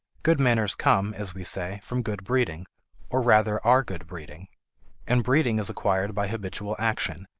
good manners come, as we say, from good breeding or rather are good breeding and breeding is acquired by habitual action,